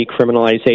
decriminalization